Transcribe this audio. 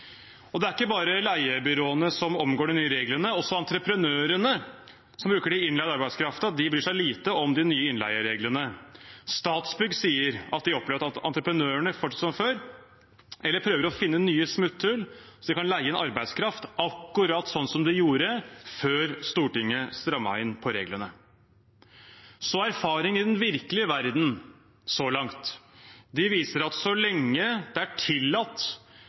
Og det er ikke bare leiebyråene som omgår de nye reglene. Også entreprenørene som bruker den innleide arbeidskraften, bryr seg lite om de nye innleiereglene. Statsbygg sier at de opplever at entreprenørene fortsetter som før eller prøver å finne nye smutthull, så de kan leie inn arbeidskraft akkurat slik de gjorde før Stortinget strammet inn på reglene. Erfaringene i den virkelige verden så langt viser altså at så lenge det er tillatt